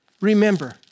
Remember